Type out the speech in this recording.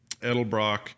edelbrock